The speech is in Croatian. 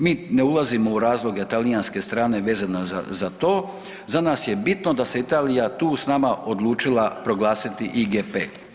Mi ne ulazimo u razloge talijanske strane vezano za to, za nas je bitno da se Italija tu s nama odlučila proglasiti IGP.